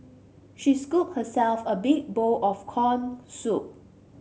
she scooped herself a big bowl of corn soup